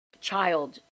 child